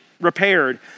repaired